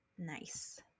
Nice